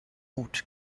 route